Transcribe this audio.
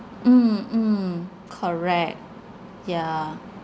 mm mm correct yeah